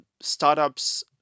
startups